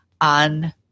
on